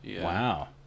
Wow